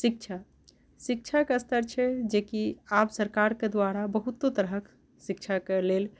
शिक्षा शिक्षा के स्तर छै जेकी आब सरकार के द्वारा बहुतो तरहक शिक्षा के लेल